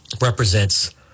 represents